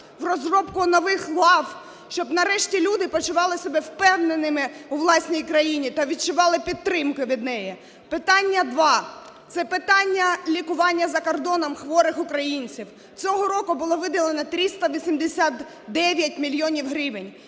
в розробку нових лав, щоб нарешті люди почували себе впевненими у власній країні та відчували підтримку від неї. Питання два – це питання лікування за кордоном хворих українців. Цього року було виділено 389 мільйонів гривень.